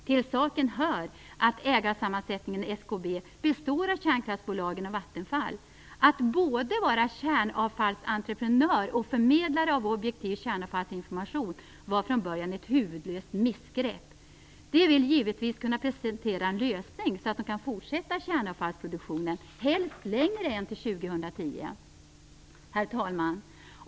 Till saken hör att ägarsammansättningen i SKB skulle vara både kärnavfallsentreprenör och förmedlare av objektiv kärnavfallsinformation var från början ett huvudlöst missgrepp. SKB vill givetvis kunna presentera en sådan lösning att man kan fortsätta kärnavfallsproduktionen - helst längre än till år 2010. Herr talman!